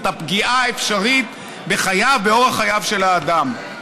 את הפגיעה האפשרית באורח חייו של האדם.